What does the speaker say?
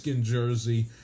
jersey